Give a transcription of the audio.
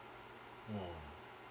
mm